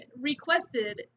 requested